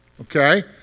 Okay